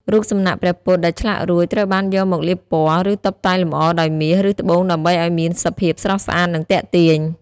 រូបសំណាកព្រះពុទ្ធដែលឆ្លាក់រួច ត្រូវបានយកមកលាបពណ៌ ឬតុបតែងលម្អដោយមាស ឬត្បូងដើម្បីឱ្យមានសភាពស្រស់ស្អាតនិងទាក់ទាញ។